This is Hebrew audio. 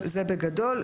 זה בגדול.